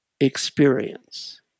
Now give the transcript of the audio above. experience